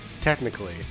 technically